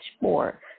more